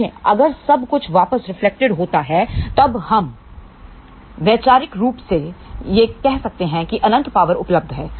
देखें अगर सब कुछ वापस रिफ्लेक्टेड होता है तब हम वैचारिक रूप से कह सकते हैं कि अनंत पावर उपलब्ध है